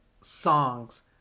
songs